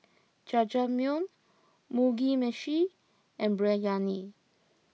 Jajangmyeon Mugi Meshi and Biryani